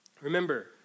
Remember